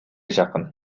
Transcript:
жакын